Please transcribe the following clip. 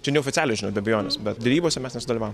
čia neoficialiai žinot be abejonės bet derybose mes nesudalyvavom